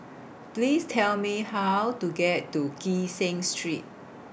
Please Tell Me How to get to Kee Seng Street